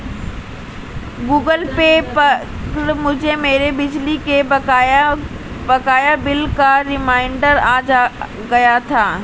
Google Pay पर मुझे मेरे बिजली के बकाया बिल का रिमाइन्डर आ गया था